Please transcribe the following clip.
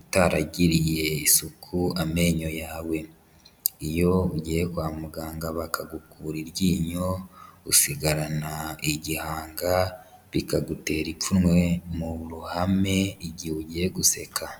utaragiriye isuku amenyo yawe, iyo ugiye kwa muganga bakagukura iryinyo usigarana igihanga bikagutera ipfunwe mu ruhame igihe ugiye guseka.